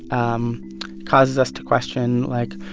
um causes us to question, like,